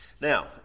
Now